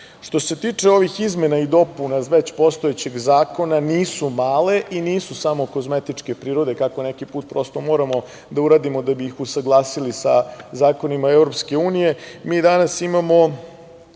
se tiče ovih izmena i dopuna, već postojećeg zakona, nisu male i nisu samo kozmetičke prirode, kako neki put moramo prosto da uradimo, da bi usaglasili sa zakonima EU, a mi danas imamo